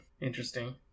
interesting